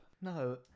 No